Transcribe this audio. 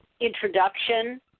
introduction